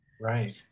Right